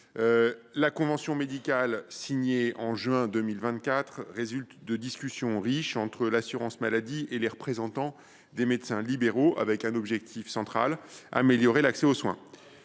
La convention médicale signée en juin 2024 résulte de discussions riches entre l’assurance maladie et les représentants des médecins libéraux, l’objectif premier étant d’améliorer l’accès aux soins.